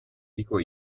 dico